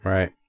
Right